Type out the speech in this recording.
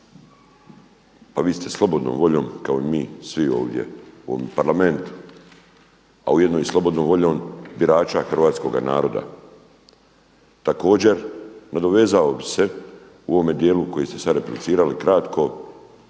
Pa vi ste slobodnom voljom kao i mi svi ovdje u ovom parlamentu, a ujedno i slobodnom voljom birača hrvatskoga naroda. Također nadovezao bih se u ovom dijelu koji ste sada replicirali kratko